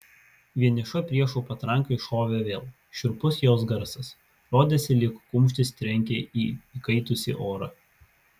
vieniša priešų patranka iššovė vėl šiurpus jos garsas rodėsi lyg kumštis trenkia į įkaitusį orą